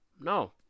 No